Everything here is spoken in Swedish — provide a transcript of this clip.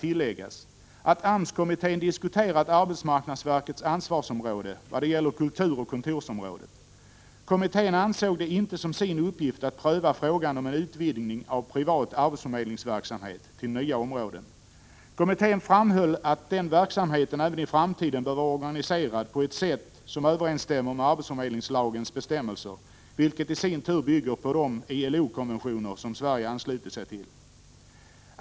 1985/86:44 tilläggas att AMS-kommittén diskuterat arbetsmarknadsverkets ansvarsom 4 december 1985 råde vad det gäller kulturoch kontorsområdet. Kommittén ansåg det inte som sin uppgift att pröva frågan om en utvidgning av privat arbetsförmedlingsverksamhet till nya områden. Kommittén framhöll att den verksamheten även i framtiden bör vara organiserad på ett sätt som överensstämmer med arbetsförmedlingslagens bestämmelser, vilket i sin tur bygger på de ILO-konventioner som Sverige anslutit sig till.